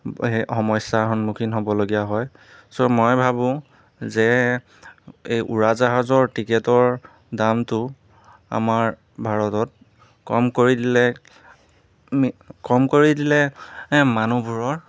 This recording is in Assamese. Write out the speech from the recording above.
সেই সমস্যাৰ সন্মুখীন হ'বলগীয়া হয় ছ' মই ভাবোঁ যে এই উৰাজাহাজৰ টিকেটৰ দামটো আমাৰ ভাৰতত কম কৰি দিলে আমি কম কৰি দিলে মানুহবোৰৰ